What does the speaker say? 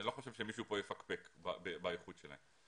אני לא חושב שמישהו כאן יפקפק באיכות שלהן.